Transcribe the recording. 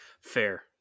Fair